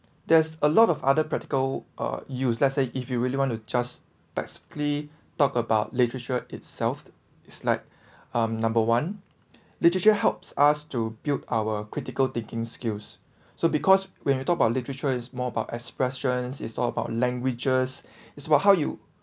there's a lot of other practical uh use let's say if you really want to just basically talk about literature itself is like um number one literature helps us to build our critical thinking skills so because when we talk about literature is more about expressions is all about languages it's about how you